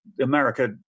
America